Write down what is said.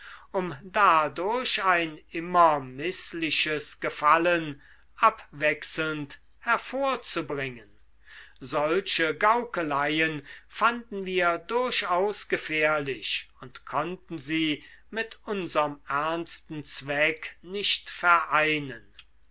um dadurch ein immer mißliches gefallen abwechselnd hervorzubringen solche gaukeleien fanden wir durchaus gefährlich und konnten sie mit unserm ernsten zweck nicht vereinen